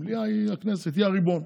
המליאה היא הכנסת, היא הריבון.